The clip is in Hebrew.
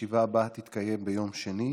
לבקשת חברי הכנסת, הישיבה הבאה תתקיים ביום שני,